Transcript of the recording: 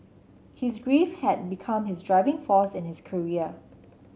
his grief had become his driving force in his career